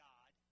God